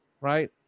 Right